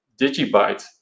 Digibyte